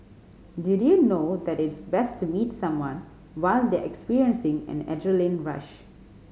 did you know that it's best to meet someone while they are experiencing an adrenaline rush